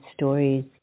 stories